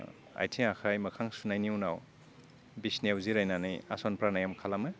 आयथिं आखाइ मोखां सुनायनि उनाव बिसिनायाव जिरनायनानै आसनप्रानेम खालामो